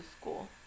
school